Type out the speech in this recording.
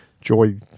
joy